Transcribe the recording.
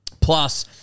Plus